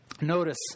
notice